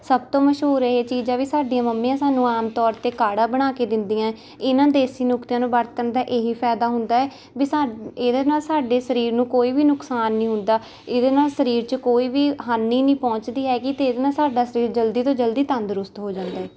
ਸਭ ਤੋਂ ਮਸ਼ਹੂਰ ਇਹ ਚੀਜ਼ ਹੈ ਵੀ ਸਾਡੀਆਂ ਮੰਮੀਆਂ ਸਾਨੂੰ ਆਮ ਤੌਰ 'ਤੇ ਕਾੜ੍ਹਾ ਬਣਾ ਕੇ ਦਿੰਦੀਆਂ ਇਹਨਾਂ ਦੇਸੀ ਨੁਕਤਿਆਂ ਨੂੰ ਵਰਤਣ ਦਾ ਇਹ ਹੀ ਫਾਇਦਾ ਹੁੰਦਾ ਹੈ ਵੀ ਸਾਡੇ ਇਹਦੇ ਨਾਲ ਸਾਡੇ ਸਰੀਰ ਨੂੰ ਕੋਈ ਵੀ ਨੁਕਸਾਨ ਨਹੀਂ ਹੁੰਦਾ ਇਹਦੇ ਨਾਲ ਸਰੀਰ 'ਚ ਕੋਈ ਵੀ ਹਾਨੀ ਨਹੀਂ ਪਹੁੰਚਦੀ ਹੈਗੀ ਅਤੇ ਇਹਦੇ ਨਾਲ ਸਾਡਾ ਸਰੀਰ ਜਲਦੀ ਤੋਂ ਜਲਦੀ ਤੰਦਰੁਸਤ ਹੋ ਜਾਂਦਾ ਹੈ